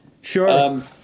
sure